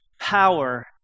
power